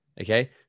Okay